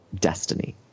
destiny